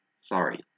Sorry